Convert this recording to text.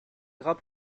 gras